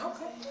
Okay